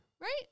Right